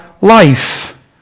life